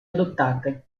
adottate